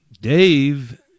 Dave